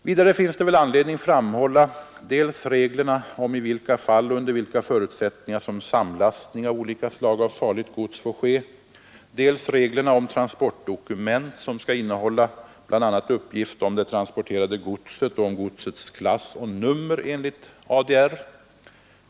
Vidare finns det anledning framhålla dels reglerna om i vilka fall och under vilka förutsättningar som samlastning av olika slag av farligt gods får ske, dels reglerna om transportdokument som skall innehålla bl.a. uppgift om det transporterade godset och om godsets klass och nummer enligt ADR.